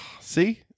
See